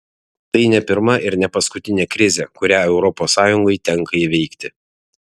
tai ne pirma ir ne paskutinė krizė kurią europos sąjungai tenka įveikti